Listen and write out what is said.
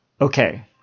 Okay